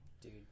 dude